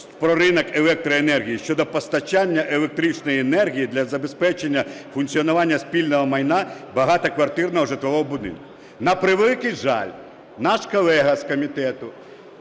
про ринок електроенергії щодо постачання електричної енергії для забезпечення функціонування спільного майна багатоквартирного житлового будинку. На превеликий жаль, наш колега з комітету